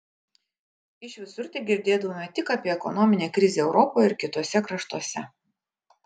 iš visur tegirdėdavome tik apie ekonominę krizę europoje ir kituose kraštuose